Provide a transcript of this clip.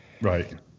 Right